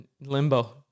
limbo